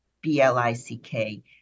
B-L-I-C-K